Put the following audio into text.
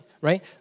right